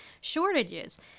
shortages